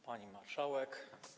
Pani Marszałek!